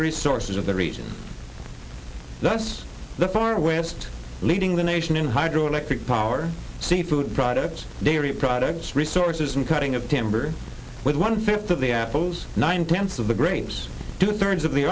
the resources of the region that's the far west leading the nation in hydroelectric power sea food products dairy products resources and cutting of timber with one fifth of the apples nine plants of the grapes two thirds of the